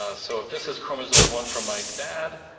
ah so if this is chromosome one from my dad,